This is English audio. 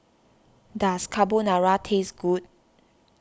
does Carbonara taste good